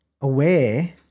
aware